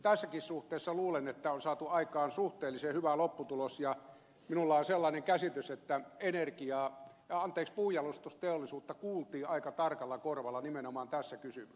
tässäkin suhteessa luulen että on saatu aikaan suhteellisen hyvä lopputulos ja minulla on sellainen käsitys että puunjalostusteollisuutta kuultiin aika tarkalla korvalla nimenomaan tässä kysymyksessä